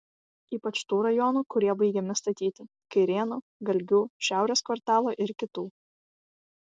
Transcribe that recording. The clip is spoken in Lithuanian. ypač tų rajonų kurie baigiami statyti kairėnų galgių šiaurės kvartalo ir kitų